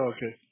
Okay